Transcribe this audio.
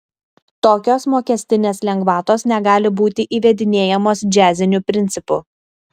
tokios mokestinės lengvatos negali būti įvedinėjamos džiaziniu principu